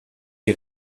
die